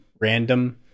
random